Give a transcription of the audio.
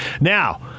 Now